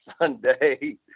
Sunday